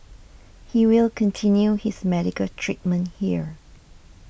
he will continue his medical treatment here